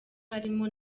harimo